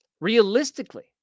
Realistically